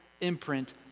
imprint